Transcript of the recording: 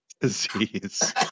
Disease